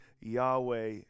Yahweh